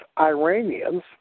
Iranians